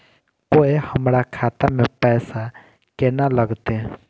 कोय हमरा खाता में पैसा केना लगते?